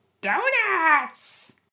Donuts